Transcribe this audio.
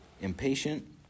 Impatient